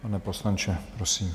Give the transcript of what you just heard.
Pane poslanče, prosím.